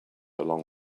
along